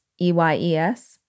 E-Y-E-S